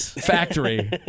factory